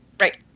Right